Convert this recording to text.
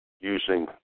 using